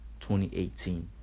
2018